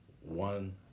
One